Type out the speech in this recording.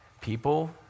People